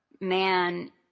man